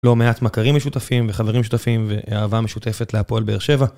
יש לא מעט מכרים משותפים, וחברים משותפים, ואהבה משותפת להפועל באר שבע.